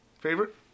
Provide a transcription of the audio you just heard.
Favorite